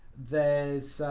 there's